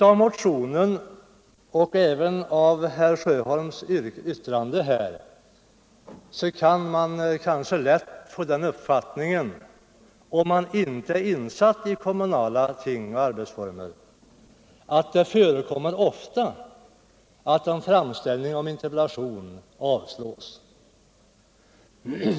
Av motionen liksom av herr Sjöholms yttrande här kan man få den uppfattningen, om man inte är insatt i kommunala ting och arbetsformer, att det ofta förekommer att interpellationsframställningar avslås.